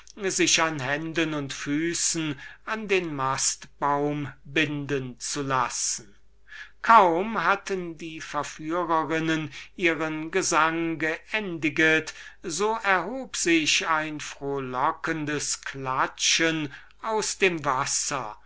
sich an händen und füßen an den mastbaum binden zu lassen kaum hatten die sirenen diesen gesang geendiget so erhub sich ein frohlockendes klatschen aus dem wasser